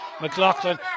McLaughlin